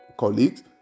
colleagues